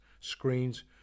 screens